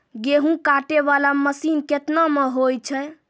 गेहूँ काटै वाला मसीन केतना मे होय छै?